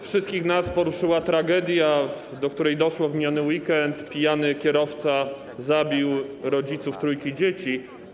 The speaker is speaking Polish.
Wszystkich nas poruszyła tragedia, do której doszło w miniony weekend - pijany kierowca zabił rodziców trójki dzieci.